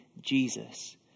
Jesus